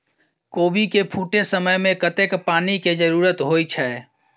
कोबी केँ फूटे समय मे कतेक पानि केँ जरूरत होइ छै?